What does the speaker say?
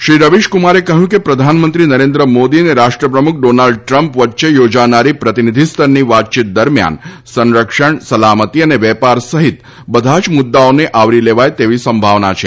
શ્રી રવિશ ક્રમારે કહ્યું કે પ્રધાનમંત્રી નરેન્દ્ર મોદી અને રાષ્ટ્ર પ્રમુખ ડોનાલ્ડ ટ્રમ્પ વચ્યે યોજાનારી પ્રતિનિધિ સ્તરની વાતચીત દરમ્યાન સંરક્ષણ સલામતી અને વેપાર સહિત બધાજ મુદ્દાઓને આવરી લેવાય તેવી સંભાવના છે